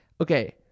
Okay